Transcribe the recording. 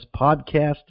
podcast